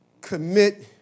commit